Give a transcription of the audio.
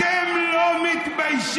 אתם לא מתביישים?